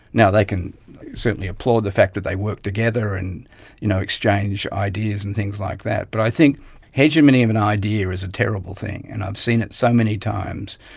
now, they can certainly applaud the fact that they work together and you know exchange ideas and things like that, but i think hegemony of an idea is a terrible thing and i've seen it so many times.